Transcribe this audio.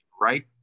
right